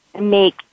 make